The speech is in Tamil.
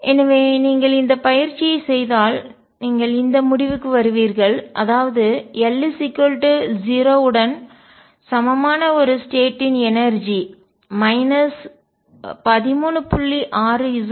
எனவே நீங்கள் இந்த பயிற்சியைச் செய்தால் நீங்கள் இந்த முடிவுக்கு வருவீர்கள் அதாவது l 0 உடன் சமமான ஒரு ஸ்டேட் யின் நிலை எனர்ஜிஆற்றல் 13